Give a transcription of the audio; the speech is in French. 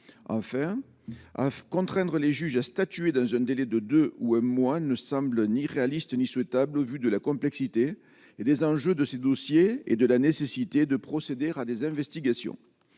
à contraindre les juges à statuer dans un délai de 2 ou un mois ne semble ni réaliste ni souhaitable au vu de la complexité et des enjeux de ce dossier et de la nécessité de procéder à des investigations